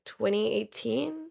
2018